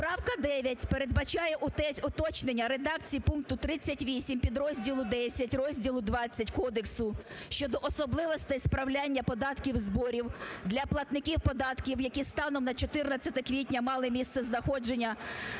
Поправка 9 передбачає уточнення редакції пункту 38 підрозділу 10 розділу ХХ кодексу щодо особливостей справляння податків і зборів для платників податків, які станом на 14 квітня мали місцезнаходження